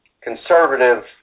conservative